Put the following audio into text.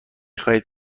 خواهید